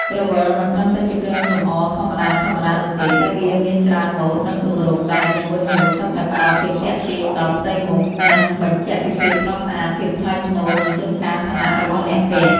ក្រវិលមិនត្រឹមតែជាគ្រឿងលម្អធម្មតាៗនោះទេ តែវាមានច្រើនម៉ូដ និងទម្រង់ ដែលនីមួយៗសុទ្ធតែផ្តល់ភាពទាក់ទាញដល់ផ្ទៃមុខ និងបញ្ជាក់ពីភាពស្រស់ស្អាត ភាពថ្លៃថ្នូរ និងជួនកាលឋានៈរបស់អ្នកពាក់។